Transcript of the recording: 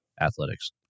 athletics